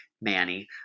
Manny